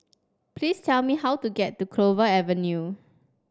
please tell me how to get to Clover Avenue